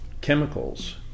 chemicals